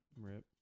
Rip